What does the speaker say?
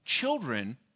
Children